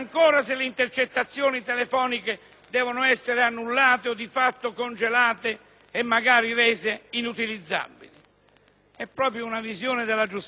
e magari rese inutilizzabili. È proprio una visione della giustizia diversa e troppo facile è etichettare la nostra